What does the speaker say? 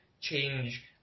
change